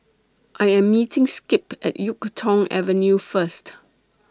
I Am meeting Skip At Yuk Tong Avenue First